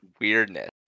weirdness